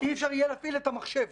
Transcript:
אי-אפשר יהיה להפעיל את המחשב